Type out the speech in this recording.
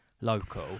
local